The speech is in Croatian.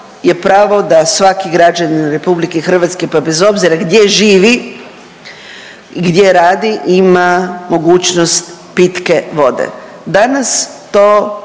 je pravo da svaki građanin RH, pa bez obzira gdje živi i gdje radi ima mogućnost pitke vode, danas to